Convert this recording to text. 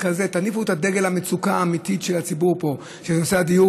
תניפו את דגל המצוקה האמיתית פה בנושא הדיור